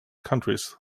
countries